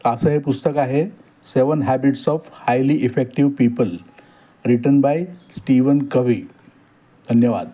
असं हे पुस्तक आहे the seven habits of highly effective people written by Steven Covey धन्यवाद